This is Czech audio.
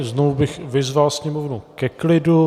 Znovu bych vyzval sněmovnu ke klidu.